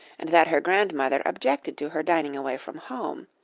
and that her grandmother objected to her dining away from home,